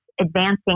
advancing